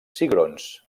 cigrons